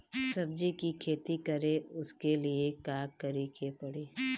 सब्जी की खेती करें उसके लिए का करिके पड़ी?